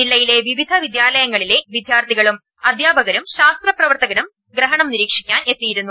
ജില്ലയിലെ വിവിധ വിദ്യാലയങ്ങളിലെ വിദ്യാർത്ഥികളും അധ്യാപകരും ശാസ്ത്ര പ്രവർത്തകരും ഗ്രഹണം നിരീക്ഷിക്കാൻ എത്തിയിരുന്നു